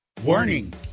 Warning